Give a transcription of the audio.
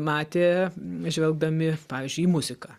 matė žvelgdami pavyzdžiui į muziką